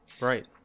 Right